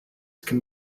can